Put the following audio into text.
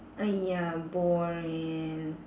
!aiya! boring